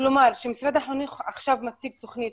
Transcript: כלומר כשמשרד החינוך עכשיו מוציא תוכנית,